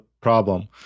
problem